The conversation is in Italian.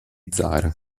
zara